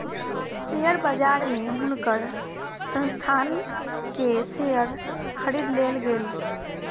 share बजार में हुनकर संस्थान के शेयर खरीद लेल गेल